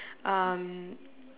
um